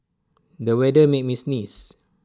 the weather made me sneeze